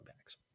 backs